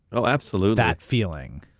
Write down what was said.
oh, absolutely. that feeling.